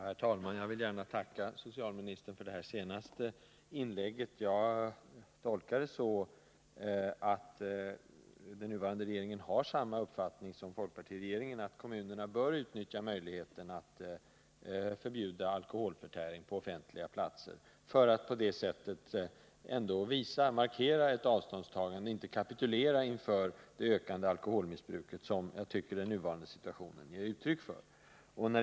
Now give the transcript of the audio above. Herr talman! Jag vill tacka socialministern för hennes senaste inlägg. Jag tolkar det så att den nuvarande regeringen har samma uppfattning som folkpartiregeringen. Kommunerna bör utnyttja möjligheten att förbjuda alkoholförtäring på offentliga platser, för att på det sättet markera ett avståndstagande och inte kapitulera inför det ökande alkoholmissbruket, vilket den nuvarande situationen ger intryck av att man gör.